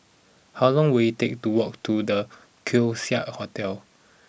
how long will it take to walk to The Keong Saik Hotel